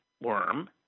worm